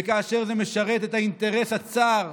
וכאשר זה משרת את האינטרס הצר,